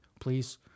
please